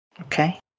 Okay